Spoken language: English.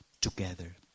together